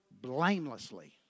blamelessly